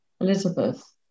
Elizabeth